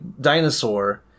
dinosaur